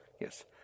yes